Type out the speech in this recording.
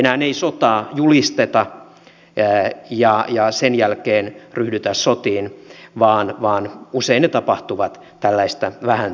enää ei sotaa julisteta ja sen jälkeen ryhdytä sotiin vaan usein ne tapahtuvat tällaista vähän toista tietä